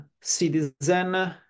citizen